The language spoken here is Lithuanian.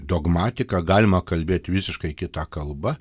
dogmatiką galima kalbėt visiškai kita kalba